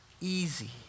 easy